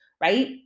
right